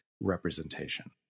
representation